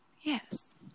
Yes